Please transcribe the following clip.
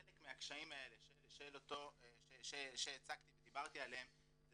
חלק מהקשיים שהצגתי ודיברתי עליהם זה